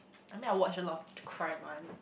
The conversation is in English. I mean I watch a lot of crime one